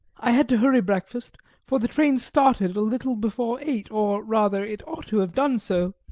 i had to hurry breakfast, for the train started a little before eight, or rather it ought to have done so,